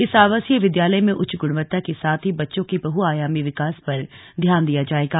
इस आवासीय विद्यालय में उच्च गुणवत्ता के साथ ही बच्चों के बहुआयामी विकास पर ध्यान दिया जायेगा